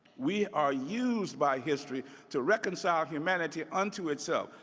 we are used by history to reconcile humanity unto itself.